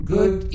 Good